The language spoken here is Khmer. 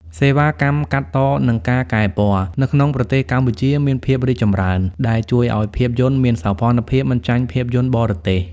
សេវាកម្មកាត់ត និងការកែពណ៌ នៅក្នុងប្រទេសកម្ពុជាមានការរីកចម្រើន ដែលជួយឱ្យភាពយន្តមានសោភ័ណភាពមិនចាញ់ភាពយន្តបរទេស។